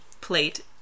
plate